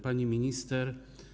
Pani Minister!